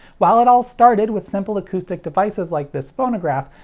while it all started with simple acoustic devices like this phonograph,